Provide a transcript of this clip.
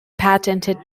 patented